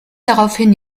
daraufhin